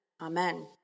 Amen